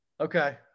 Okay